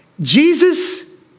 Jesus